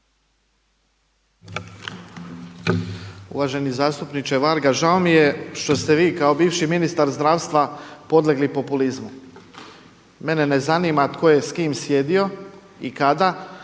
Uvaženi zastupniče Varga. Žao mi je što ste vi kao bivši ministar zdravstva podlegli populizmu. Mene ne zanima tko je sjedio i kada,